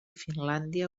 finlàndia